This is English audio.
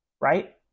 right